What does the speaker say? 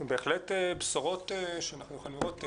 בהחלט בשורות שאנחנו יכולים לראות.